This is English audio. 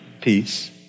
peace